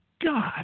God